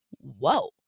whoa